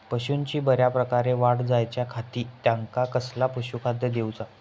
पशूंची बऱ्या प्रकारे वाढ जायच्या खाती त्यांका कसला पशुखाद्य दिऊचा?